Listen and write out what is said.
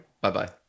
Bye-bye